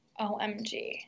OMG